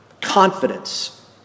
confidence